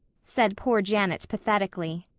said poor janet pathetically.